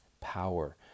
power